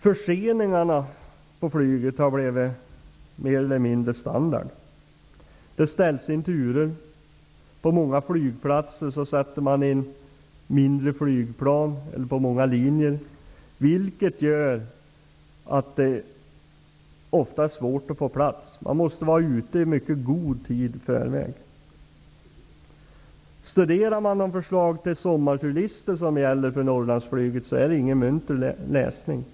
Förseningarna på flyget har blivit mer eller mindre standard. Turer ställs in. På många linjer sätter man in mindre flygplan, vilket gör att det ofta är svårt att få plats. Man måste vara ute i mycket god tid i förväg. Förslaget till sommarturlistor för Norrlandsflyget är inte någon munter läsning.